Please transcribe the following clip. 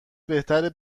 بهتره